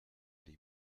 die